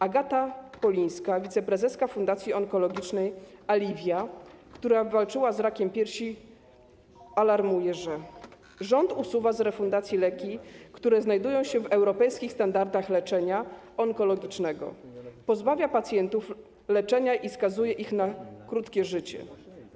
Agata Polińska, wiceprezeska Fundacji Onkologicznej Alivia, która walczyła z rakiem piersi, alarmuje, że: rząd usuwa z refundacji leki, które znajdują się w europejskich standardach leczenia onkologicznego, pozbawia pacjentów leczenia i skazuje ich na krótsze życie.